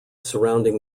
surrounding